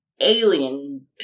alien